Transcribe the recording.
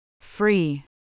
Free